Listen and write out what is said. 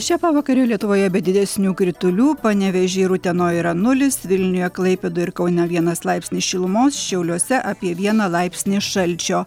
šią pavakarę lietuvoje be didesnių kritulių panevėžy ir utenoj yra nulis vilniuje klaipėdoje ir kaune vienas laipsnis šilumos šiauliuose apie vieną laipsnį šalčio